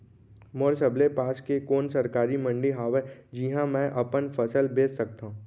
मोर सबले पास के कोन सरकारी मंडी हावे जिहां मैं अपन फसल बेच सकथव?